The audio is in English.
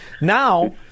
Now